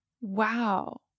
Wow